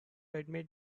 admit